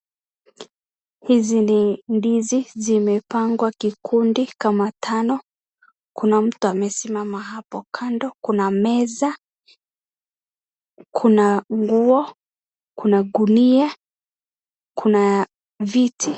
Hizi ni ndizi zimepangwa kikundi kama tano. Kuna mtu amemesimama hapo kando, kuna meza, kuna nguo, kuna ngunia, kuna viti.